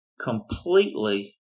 completely